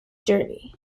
journey